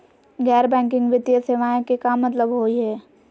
गैर बैंकिंग वित्तीय सेवाएं के का मतलब होई हे?